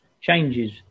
changes